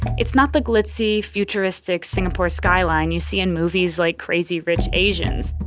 it's not the glitzy futuristic singapore skyline you see in movies like crazy rich asians.